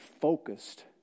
focused